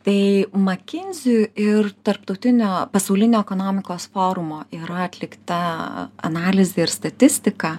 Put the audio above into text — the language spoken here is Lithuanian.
tai makinziui ir tarptautinio pasaulinio ekonomikos forumo yra atlikta analizė ir statistika